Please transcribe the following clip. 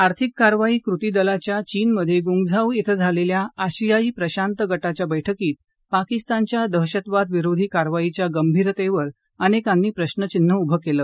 आर्थिक कारवाई कृती दलाच्या चीनमधे गुंगझाऊ धिं झालेल्या आशियाई प्रशांत गटाच्या बैठकीत पाकिस्तानच्या दहशतवाद विरोधी कारवाईच्या गंभीरतेवर अनेकानी प्रश्न चिन्ह उभं केलं